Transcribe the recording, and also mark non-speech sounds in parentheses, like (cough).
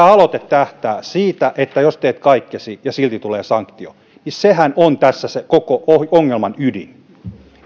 (unintelligible) aloite tähtää että jos teet kaikkesi niin silti tulee sanktio sehän on tässä se koko ongelman ydin